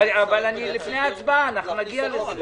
לפני ההצבעה אנחנו נגיע לזה.